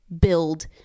build